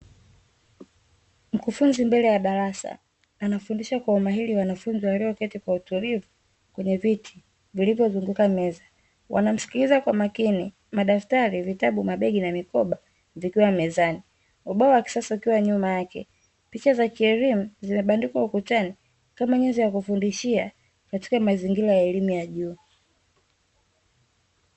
Mkufunzi mbele ya darasa, anafundisha kwa umahiri wanafunzi walioketi kwa utulivu kwenye viti vilivyo zunguka meza. Wanamsikiliza kwa makini; madaftari, vitabu, mabegi na mikoba vikiwa mezani; ubao wa kisasa ukiwa nyuma yake. Picha za kielimu zimebandikwa ukutani kama nyenzo ya kufundishia katika mazingira ya elimu ya juu.